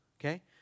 Okay